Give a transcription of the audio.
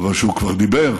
אבל כשהוא כבר דיבר